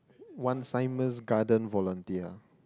one garden volunteer